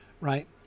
Right